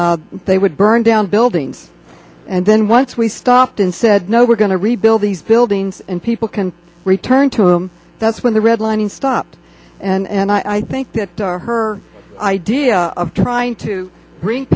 they would burn down buildings and then once we stopped and said no we're going to rebuild these buildings and people can return to him that's when the redlining stopped and i think that her idea of trying to